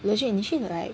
legit 你去 like